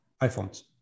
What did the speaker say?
iPhones